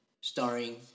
starring